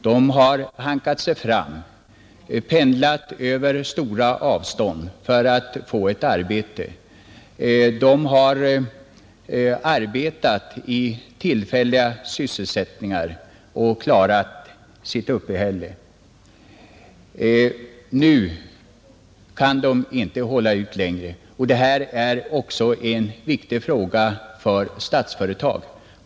Man har hankat sig fram, pendlat över stora avstånd för att få ett arbete, Man har arbetat i tillfälliga sysselsättningar och klarat sitt uppehälle. Nu kan man inte hålla ut längre, och det är också en viktig fråga för Statsföretag.